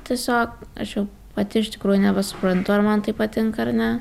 tiesiog aš jau pati iš tikrųjų nebesuprantu ar man tai patinka ar ne